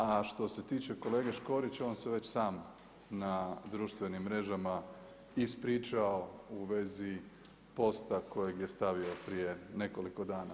A što se tiče kolege Škorića on se već sam na društvenim mrežama ispričao u vezi posta kojeg je stavio prije nekoliko dana.